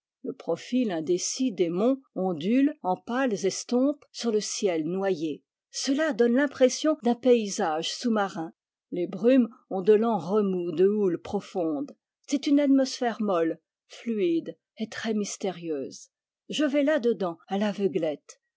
le profil indécis des monts ondule en pâles estompes sur le ciel noyé cela donne l'impression d'un paysage sous-marin les brumes ont de lents remous de houles profondes c'est une atmosphère molle fluide et très mystérieuse je vais là dedans à l'aveuglette